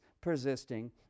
persisting